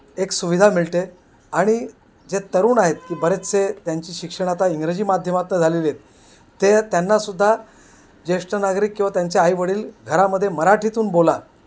एक सुविधा मिळते आणि जे तरुण आहेत की बरेचसे त्यांची शिक्षण आता इंग्रजी माध्यमात झालेली आहेत ते त्यांनासुद्धा ज्येष्ठ नागरिक किंवा त्यांचे आईवडील घरामध्ये मराठीतून बोला